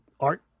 art